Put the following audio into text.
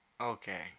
Okay